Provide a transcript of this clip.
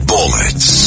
Bullets